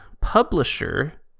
publisher